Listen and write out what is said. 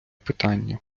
питання